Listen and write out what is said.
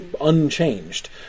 Unchanged